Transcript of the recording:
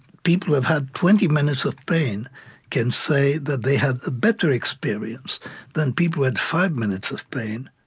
people who have had twenty minutes of pain can say that they had a better experience than people who had five minutes of pain